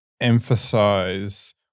emphasize